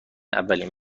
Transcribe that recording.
اولین